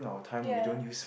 ya